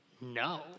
No